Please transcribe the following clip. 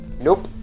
nope